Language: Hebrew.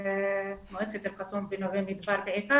במועצת אל קאסום ונווה מדבר,